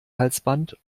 halsband